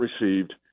received